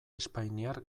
espainiar